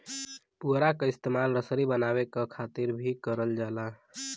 पुवरा क इस्तेमाल रसरी बनावे क खातिर भी करल जाला